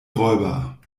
räuber